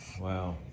Wow